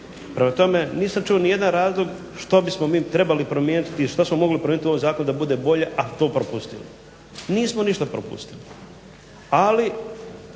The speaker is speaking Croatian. Prema tome nisam čuo ni jedan razlog što bismo mi trebali promijeniti i šta smo mogli primijeniti da bude bolje a to propustili. Nismo ništa propustili, ali